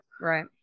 Right